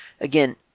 again